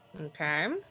Okay